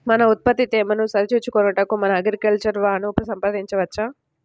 మన ఉత్పత్తి తేమను సరిచూచుకొనుటకు మన అగ్రికల్చర్ వా ను సంప్రదించవచ్చా?